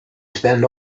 spend